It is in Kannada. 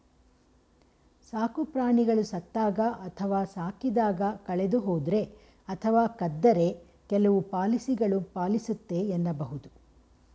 ಸಾಕುಪ್ರಾಣಿಗಳು ಸತ್ತಾಗ ಅಥವಾ ಸಾಕಿದಾಗ ಕಳೆದುಹೋದ್ರೆ ಅಥವಾ ಕದ್ದರೆ ಕೆಲವು ಪಾಲಿಸಿಗಳು ಪಾಲಿಸುತ್ತೆ ಎನ್ನಬಹುದು